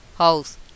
House